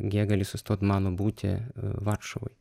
jie gali sustot mano bute varšuvoj